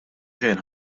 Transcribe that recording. xejn